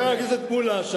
חבר הכנסת מולה,